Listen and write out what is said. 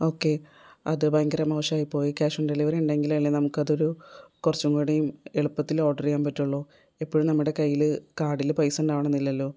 okay അത് ഭയങ്കര മോശമായിപ്പോയി ക്യാഷ് ഓൺ ഡെലിവറി ഉണ്ടങ്കിലല്ലേ നമുക്കതൊരു കുറച്ചും കൂടി എളുപ്പത്തിൽ ഓർഡർ ചെയ്യാൻ പറ്റുള്ളു എപ്പോഴും നമ്മുടെ കയ്യിൽ കാർഡിൽ പൈസ ഉണ്ടാവണമെന്നില്ലല്ലോ